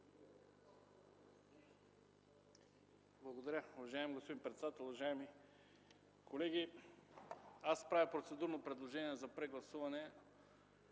Благодаря,